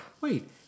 wait